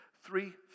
Three